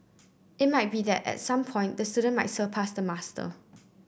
it might be that at some point the student might surpass the master